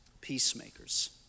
Peacemakers